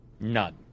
None